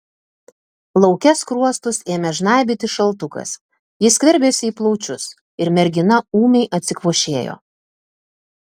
lauke skruostus ėmė žnaibyti šaltukas jis skverbėsi į plaučius ir mergina ūmiai atsikvošėjo